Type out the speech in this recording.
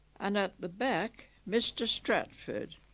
and at the back mr stratford